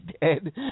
Dead